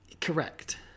Correct